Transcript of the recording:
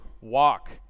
walk